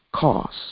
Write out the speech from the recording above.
cost